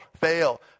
fail